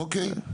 אוקי?